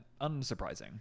unsurprising